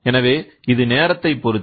எனவே இது நேரத்தை பொருத்து